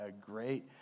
great